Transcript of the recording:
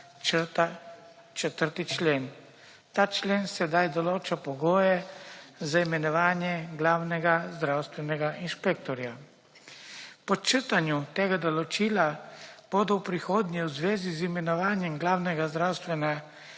črta 4. člen. Ta člen sedaj določa pogoje za imenovanje glavnega zdravstvenega inšpektorja. Po črtanju tega določila bodo v prihodnje v zvezi z imenovanjem glavnega zdravstvenega